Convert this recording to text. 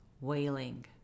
wailing